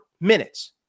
minutes